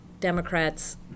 Democrats